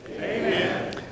Amen